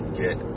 get